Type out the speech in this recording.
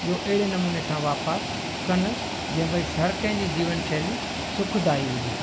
इहो अहिड़े नमूने सां वापारु कनि जीअं भई हर कंहिंजी जीवन शैली सुखदाई हुजे